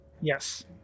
Yes